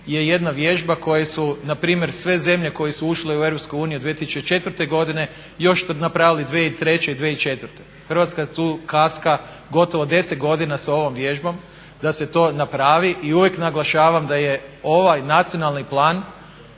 je jedna vježba koje su, na primjer sve zemlje koje su ušle u EU 2004. godine još to napravili 2003. i 2004. Hrvatska tu kaska gotovo 10 godina sa ovom vježbom da se to napravi. I uvijek naglašavam da je ovaj nacionalni plan